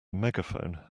megaphone